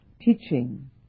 teaching